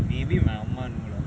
maybe my ah ma know lah